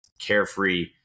carefree